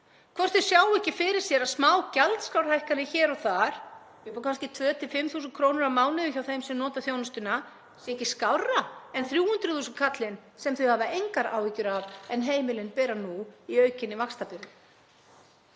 hvort þau sjái ekki fyrir sér að smá gjaldskrárhækkanir hér og þar, upp á kannski 2.000–5.000 kr. á mánuði hjá þeim sem nota þjónustuna, séu ekki skárri en 300.000 kallinn sem þau hafa engar áhyggjur af en heimilin bera nú í aukinni vaxtabyrði.